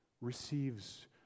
receives